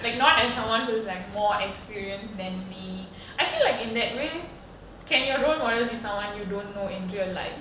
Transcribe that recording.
like not as someone who's like more experienced than me I feel like in that way can your role models be someone you don't know in real life